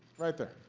right there,